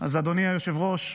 אז אדוני היושב-ראש,